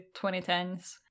2010s